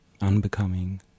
unbecoming